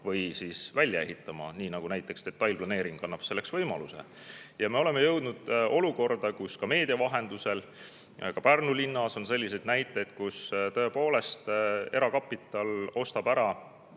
või välja ehitama, nii nagu detailplaneering annab selleks võimaluse. Ja me oleme jõudnud olukorda, kus ka meedia vahendusel – ka Pärnu linnas on selliseid näiteid, et erakapital on ostnud ära